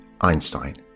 Einstein